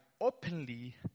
openly